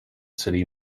city